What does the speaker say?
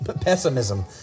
pessimism